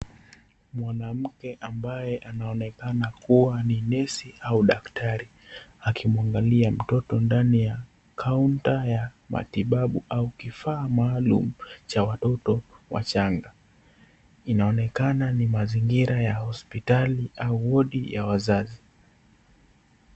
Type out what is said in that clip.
Mwanamke ambaye anaonekana kuwa ni nesi au daktari, akimwangalia mtoto ndani ya kaunta matibabu au kufaa maalum cha watoto wachanga. Inaonekana ni mazingira ya hospitali au wodi ya wazazi.